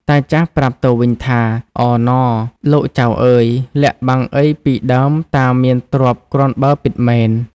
តាចាស់ប្រាប់ទៅវិញថា “ ឱហ្ន៎! លោកចៅអើយ! លាក់បាំងអ៊ីពីដើមតាមានទ្រព្យគ្រាន់បើពិតមែន។